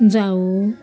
जाऊ